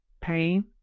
pain